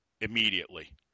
immediately